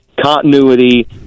continuity